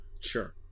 Sure